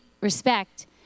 respect